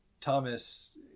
Thomas